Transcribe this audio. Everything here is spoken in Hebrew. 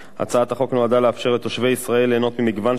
הצעת חוק זו נועדה לאפשר לתושבי ישראל ליהנות ממגוון שירותים